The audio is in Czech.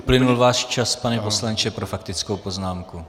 Uplynul váš čas, pane poslanče, pro faktickou poznámku.